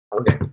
Okay